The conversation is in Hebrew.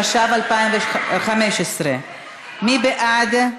התשע"ו 2015. מי בעד?